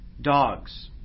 dogs